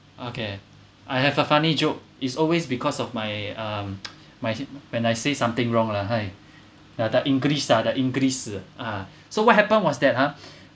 okay I have a funny joke it's always because of my um my when I say something wrong lah yeah the english ah the english err ah so what happened was that ha